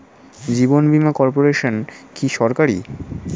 জীবন বীমা কর্পোরেশন কি সরকারি?